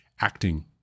acting